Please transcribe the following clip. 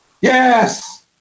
Yes